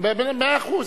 מאה אחוז.